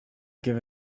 give